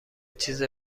چیز